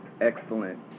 excellent